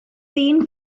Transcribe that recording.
ddyn